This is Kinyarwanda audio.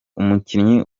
umukinnyi